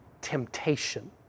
temptation